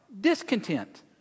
Discontent